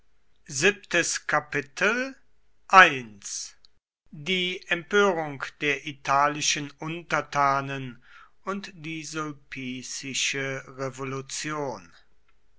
die empörung der italischen untertanen und die sulpicische revolution